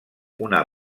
una